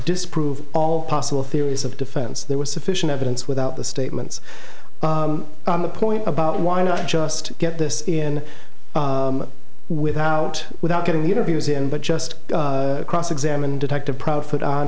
disprove all possible theories of defense there was sufficient evidence without the statements on the point about why not just get this in without without getting the interviews in but just cross examine detective proudfoot on